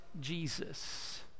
Jesus